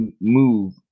move